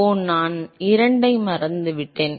ஓ நான் 2 ஐ மறந்துவிட்டேன்